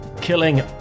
killing